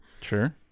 Sure